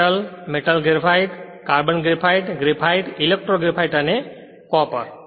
metal metal graphite carbon graphite graphite electro graphite અને copper